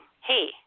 Hey